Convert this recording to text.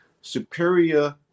superior